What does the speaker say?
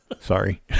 Sorry